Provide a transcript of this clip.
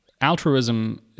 Altruism